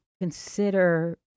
consider